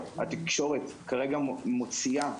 והתקשורת כרגע מוציאה,